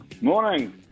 Morning